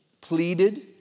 Pleaded